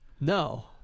No